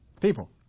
People